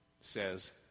says